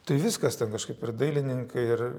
tai viskas ten kažkaip ir dailininkai ir